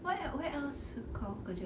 where eh where else kau kerja ah